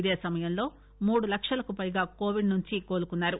ఇదే సమయంలో మూడు లక్షలకు పైగా కోవిడ్ నుంచి కోలుకున్నారు